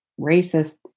racist